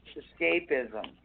escapism